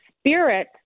spirit